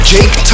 Jake